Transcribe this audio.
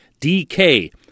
DK